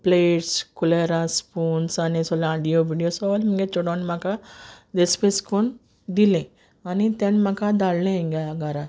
plates कुलेरां spoons आनी सोगलें हांड्यो बिंड्यो सोगलें म्हुगे चेडवान म्हाका देसपेज कोन्न दिलें आनी तेण म्हाका धांडलें इंगा घारा